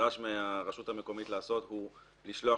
שנדרש מהרשות המקומית לעשות הוא לשלוח